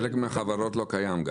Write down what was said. חלק מהחברות לא קיים.